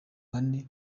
bane